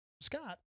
Scott